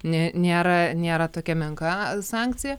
nė nėra nėra tokia menka sankcija